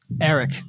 Eric